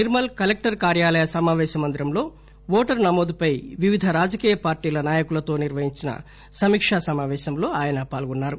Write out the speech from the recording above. Nirmal collector కార్యాలయ సమావేశ మందిరంలో ఓటరు నమోదు పై వివిధ రాజకీయ పార్టీల నాయకులతో నిర్వహించిన సమీకా సమాపేశంలో ఆయన పాల్గొన్సారు